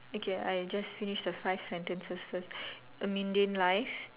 okay I just finish the five sentences first mundane life